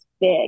big